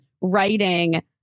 writing